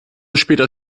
später